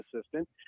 assistant